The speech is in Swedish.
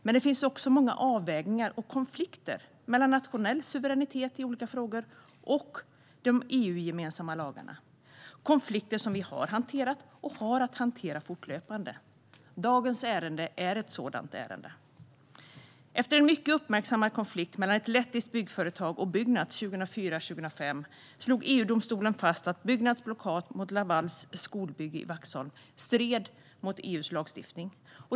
Men det finns också många avvägningar och konflikter mellan nationell suveränitet i olika frågor och de EU-gemensamma lagarna. Det är konflikter som vi har hanterat och har att hantera fortlöpande. Dagens ärende är ett sådant ärende. Efter en mycket uppmärksammad konflikt mellan ett lettiskt byggföretag och Byggnads 2004-2005 slog EU-domstolen fast att Byggnads blockad mot Lavals skolbygge i Vaxholm stred mot EU:s lagstiftning.